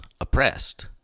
oppressed